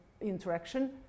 interaction